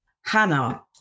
Hannah